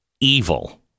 evil